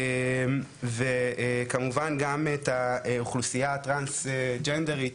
וכמובן גם את האוכלוסייה הטרנסג'נדרית,